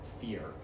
fear